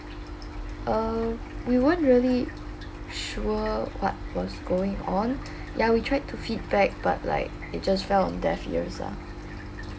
err we weren't really sure what was going on ya we tried to feedback but like it just fell on deaf ears lah